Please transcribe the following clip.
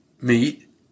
meat